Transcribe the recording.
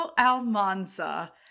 almanza